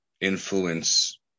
influence